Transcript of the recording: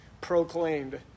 proclaimed